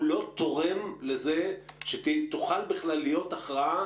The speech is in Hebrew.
הוא לא תורם לזה שתוכל בכלל להיות הכרעה